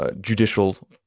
judicial